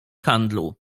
handlu